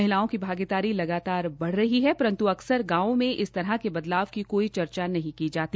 महिलाओं की भागीदारी लगातार बढ़ रही है परन्तु अक्सर गांवों में इस तरह के बदलाव की कोई चर्चा नहीं की जाती